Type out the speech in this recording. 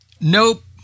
Nope